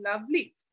lovely